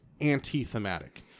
anti-thematic